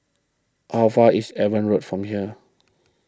how far is Evans Road from here